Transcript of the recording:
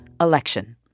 election